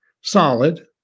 solid